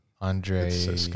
Andre